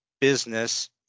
business